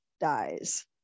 dies